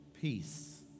Peace